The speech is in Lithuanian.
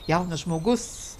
jaunas žmogus